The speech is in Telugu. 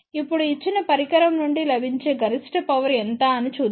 ఇప్పుడు ఇచ్చిన పరికరం నుండి లభించే గరిష్ట పవర్ ఎంత అని చూద్దాం